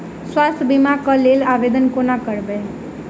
स्वास्थ्य बीमा कऽ लेल आवेदन कोना करबै?